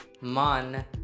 man